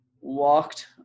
Walked